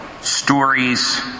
stories